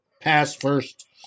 pass-first